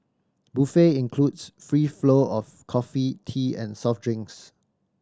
buffet includes free flow of coffee tea and soft drinks